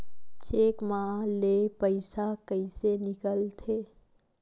Cheque म ले पईसा कइसे निकलथे?